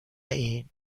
این